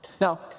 Now